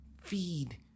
feed